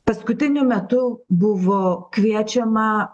paskutiniu metu buvo kviečiama